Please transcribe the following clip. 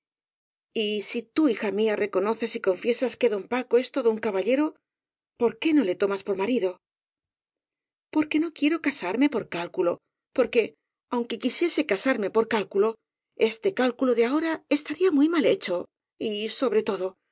escudo y si tú hija mía reconoces y confiesas que don paco es todo un caballero por qué no le to mas por marido porque no quiero casarme por cálculo por que aunque quisiese casarme por cálculo este cál culo de ahora estaría muy mal hecho y sobre todo